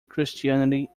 christianity